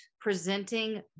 presenting